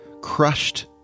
crushed